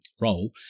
role